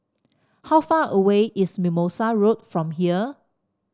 how far away is Mimosa Road from here